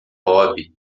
robe